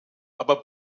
aber